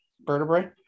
vertebrae